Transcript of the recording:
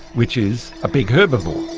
which is a big herbivore.